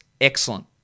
excellent